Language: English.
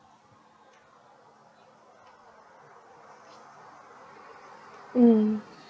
mm